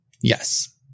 yes